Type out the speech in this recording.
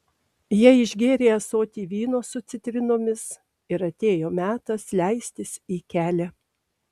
jie išgėrė ąsotį vyno su citrinomis ir atėjo metas leistis į kelią